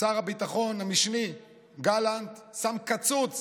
שר הביטחון המשני גלנט שם קצוץ